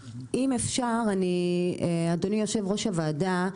אם אפשר אדוני היושב ראש הוועדה,